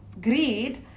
greed